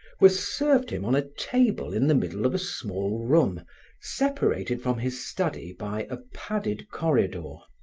were served him on a table in the middle of a small room separated from his study by a padded corridor,